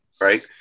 right